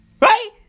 Right